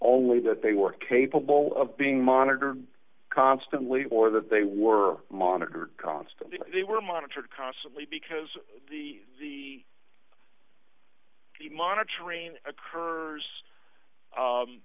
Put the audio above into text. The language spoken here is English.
only that they were capable of being monitored constantly or that they were monitored constantly they were monitored constantly because the the the monitoring occurs